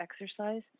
exercise